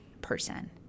person